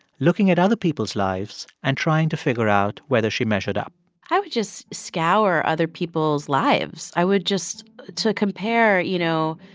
looking at other people's lives and trying to figure out whether she measured up i would just scour other people's lives. i would, just to compare, you know,